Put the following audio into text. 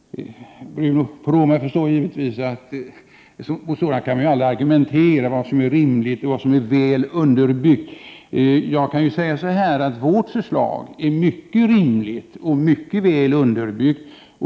Bruno Poromaa förstår givetvis att man aldrig kan argumentera mot vad som är rimligt och väl underbyggt. Jag kan ju säga så här, att vårt förslag är mycket rimligt och mycket väl underbyggt.